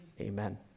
amen